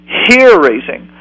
hair-raising